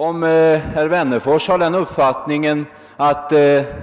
Om herr Wennerfors har den uppfattningen att